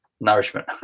nourishment